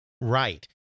Right